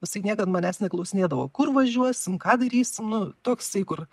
jisai niekad manęs neklausinėdavo kur važiuosim ką darysim nu toksai kur